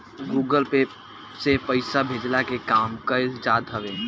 Google Pay से पईसा भेजला के काम कईल जात हवे